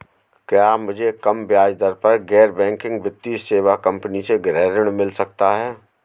क्या मुझे कम ब्याज दर पर गैर बैंकिंग वित्तीय सेवा कंपनी से गृह ऋण मिल सकता है?